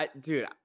Dude